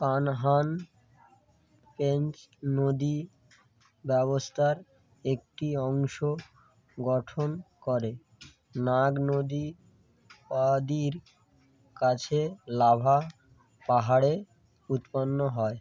কানহান পঞ্চ নদী ব্যবস্থার একটি অংশ গঠন করে নাগ নদী আদির কাছে লাভা পাহাড়ে উৎপন্ন হয়